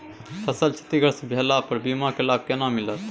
फसल क्षतिग्रस्त भेला पर बीमा के लाभ केना मिलत?